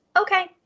Okay